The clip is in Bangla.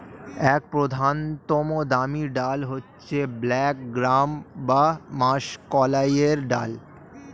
এক প্রধানতম দামি ডাল হচ্ছে ব্ল্যাক গ্রাম বা মাষকলাইয়ের ডাল